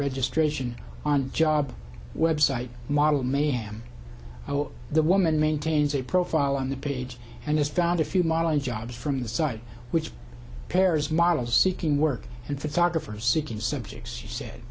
registration on job website model ma'am oh the woman maintains a profile on the page and has found a few modeling jobs from the site which pairs model seeking work and photographer seeking septics said